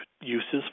uses